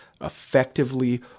effectively